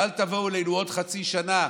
ואל תבואו אלינו בעוד חצי שנה,